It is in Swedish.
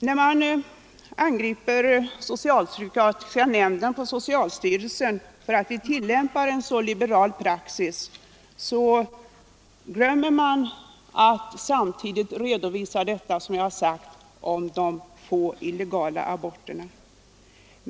De som angriper socialpsykiatriska nämnden inom socialstyrelsen för att den tillämpar en så liberal praxis, glömmer att samtidigt redovisa detta som jag har sagt om de få illegala aborterna.